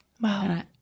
Wow